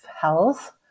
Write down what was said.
health